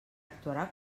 actuarà